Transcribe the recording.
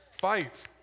Fight